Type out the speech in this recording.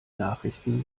nachrichten